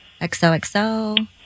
XOXO